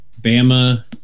Bama